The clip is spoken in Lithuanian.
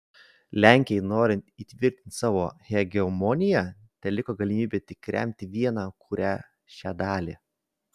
lenkijai norint įtvirtinti savo hegemoniją teliko galimybė tik remti vieną kurią šią dalį